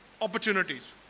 opportunities